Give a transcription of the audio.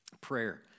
Prayer